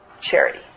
charity